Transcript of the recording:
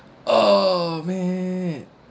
oh man